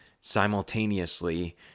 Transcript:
simultaneously